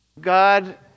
God